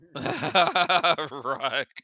Right